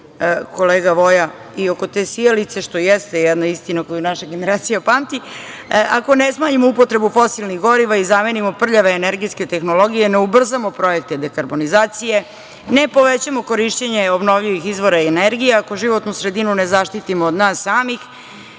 kolega Voja, i oko te sijalice, što jeste jedna istina koju naša generacija pamti, ako ne smanjimo upotrebu fosilnih goriva i zamenimo prljave energetske tehnologije, ne ubrzamo projekte dekarbonizacije, ne povećamo korišćenje obnovljivih izvora energije, ako životnu sredinu ne zaštitimo od nas samih